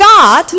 God